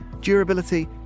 durability